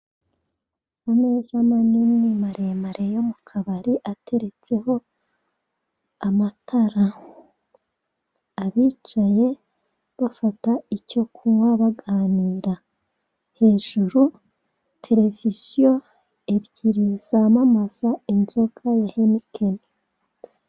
Ameza manini maremare yo mu kabari, ateretseho amatara. Abicaye bafata icyo kunywa, baganira. Hejuru, televiziyo ebyiri zamamaza inzoga ya Henikeni.